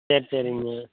சரி சரிங்க